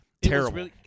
Terrible